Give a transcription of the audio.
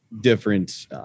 different